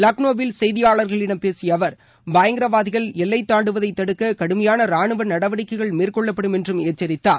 லக்னோவில் செய்தியாளரிடம் பேசிய அவர் பயங்கரவாதிகள் எல்லை தாண்டுவதை தடுக்க கடுமையான ராணுவ நடவடிக்கைகள் மேற்கொள்ளப்படும் என்றும் எச்சரித்தார்